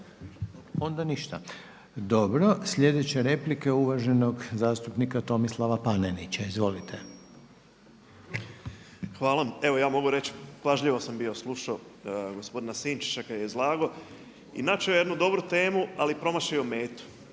Onda ništa. Dobro. Sljedeća replika je uvaženog zastupnika Tomislava Panenića. Izvolite. **Panenić, Tomislav (MOST)** Hvala. Evo ja mogu reći, pažljivo sam bio slušao gospodina Sinčića kada je izlagao i načeo je jednu dobru temu, ali je promašio metu.